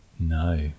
No